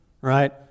Right